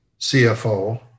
CFO